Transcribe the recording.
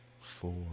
four